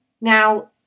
Now